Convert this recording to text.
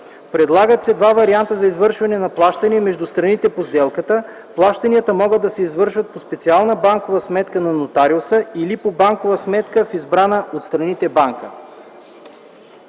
Предлагат се два варианта за извършване на плащания между страните по сделката – плащанията могат да се извършват по специална банкова сметка на нотариуса или по банкова сметка в избрана от страните банка.